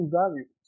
value